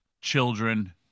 children